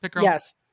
Yes